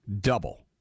double